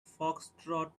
foxtrot